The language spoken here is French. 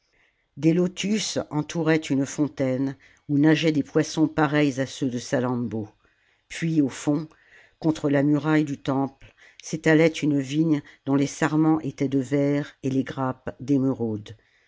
des lotus entouraient une fontaine où nageaient des poissons pareils à ceux de salammbô puis au fond contre la muraille du temple s'étalait une vigne dont les sarments étaient de verre et les grappes d'émeraude